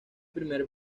primer